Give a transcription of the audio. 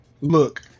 look